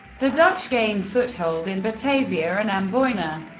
the dutch gained foothold in batavia and amboina.